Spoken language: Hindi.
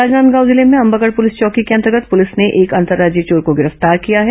राजनांदगांव जिले में अंबागढ़ पुलिस चौकी के अंतर्गत पुलिस ने एक अंतर्राज्यीय चोर को गिरफ्तार किया है